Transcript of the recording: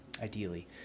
ideally